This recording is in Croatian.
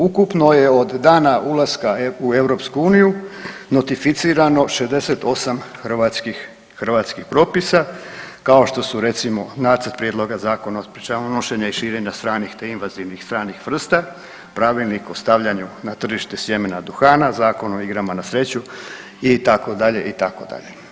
Ukupno je od dana ulaska u EU notificirano 68 hrvatskih, hrvatskih propisa, kao što su recimo nacrt prijedloga Zakona od sprječavanja, nošenja i širenja te invazivnih stranih vrsta, Pravilnik o stavljanju na tržište sjemena duhana, Zakon o igrama na sreću itd., itd.